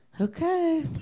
Okay